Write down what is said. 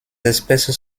espèces